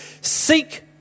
Seek